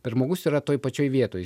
bet žmogus yra toj pačioj vietoj